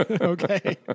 Okay